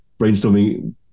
brainstorming